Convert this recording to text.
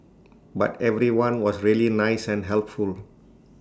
but everyone was really nice and helpful